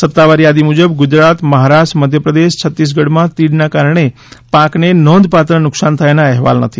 સત્તાવાર યાદી મુજબ ગુજરાત મહારાષ્ટ્ર મધ્યપ્રદેશ છત્તીસગઢમાં તીડના કારણે પાકને નોંધપાત્ર નુકસાન થયાના અહેવાલ નથી